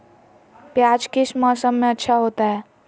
प्याज किस मौसम में अच्छा होता है?